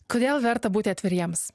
kodėl verta būti atviriems